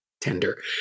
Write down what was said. Tender